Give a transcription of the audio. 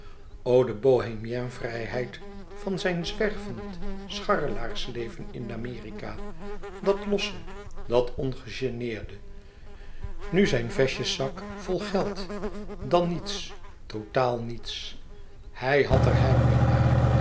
de bohemien vrijheid van zijn zwervend scharrelaarsleven in amerika dat losse dat ongegeneerde nu zijn vestjeszak vol geld dan niets totaal niets hij had er heimwee naar